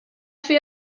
fer